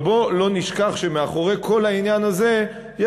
אבל בוא לא נשכח שמאחורי כל העניין הזה יש